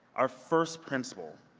our first principle,